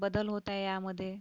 बदल होत आहे यामध्ये